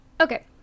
Okay